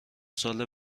سال